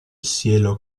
cielo